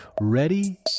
Ready